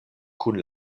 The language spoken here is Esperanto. kun